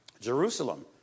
Jerusalem